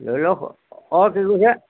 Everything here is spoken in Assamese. ধৰি লওক অঁ